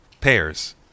pears